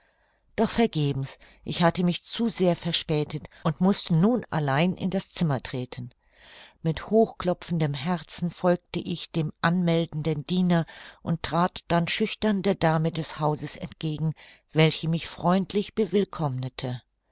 doch vergebens ich hatte mich zu sehr verspätet und mußte nun allein in das zimmer treten mit hoch klopfendem herzen folgte ich dem anmeldenden diener und trat dann schüchtern der dame des hauses entgegen welche mich freundlich bewillkommnete